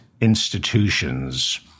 institutions